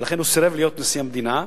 ולכן הוא סירב להיות נשיא המדינה.